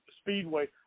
speedway